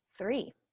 Three